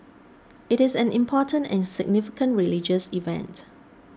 it is an important and significant religious event